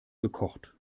gekocht